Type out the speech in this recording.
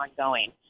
ongoing